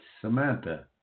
Samantha